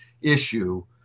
issue